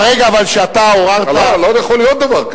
אבל ברגע שאתה עוררת, לא יכול להיות דבר כזה.